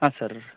ಹಾಂ ಸರ್